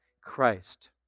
Christ